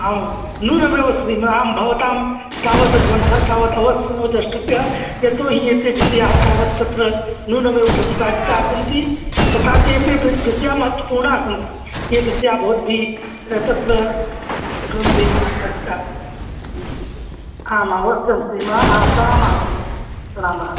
आम् नूनमेव श्रीमन् आम् भवतां तावत् ग्रन्थः तावत् अवस्यमेव द्रष्टब्यः यतोहि एते विषयाः तावत् तत्र न्यूनमेव प्रतिपादिताः सन्ति तथा चेत् विष् विषयाः महत्वपूर्णाः सन्ति ये विषयाः भवद्भिः तत्र ग्रन्थे प्रतिपादिताः आम् आम् अवश्यं श्रीमन् आ प्रणामाः श्रीमन् प्रणामाः